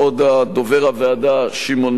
דובר הוועדה שמעון מלכה,